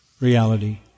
reality